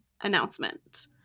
announcement